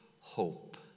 hope